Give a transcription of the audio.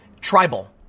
tribal